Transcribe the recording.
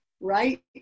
right